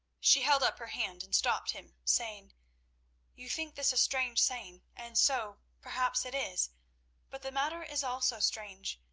she held up her hand and stopped him, saying you think this a strange saying, and so, perhaps, it is but the matter is also strange,